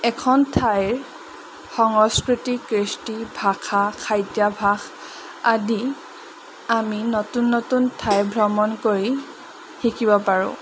এখন ঠাইৰ সংস্কৃতি কৃষ্টি ভাষা খাদ্যভাস আদি আমি নতুন নতুন ঠাই ভ্ৰমণ কৰি শিকিব পাৰোঁ